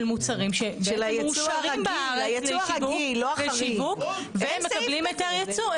מוצרים שמאושרים בארץ לשיווק והם מקבלים היתר יצוא.